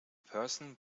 person